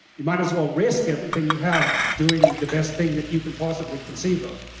you might as well risk everything you have doing the best thing that you can possibly conceive of